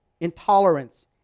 Intolerance